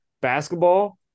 basketball